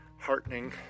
heartening